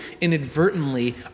inadvertently